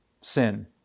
sin